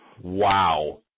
Wow